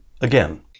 again